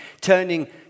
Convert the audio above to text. turning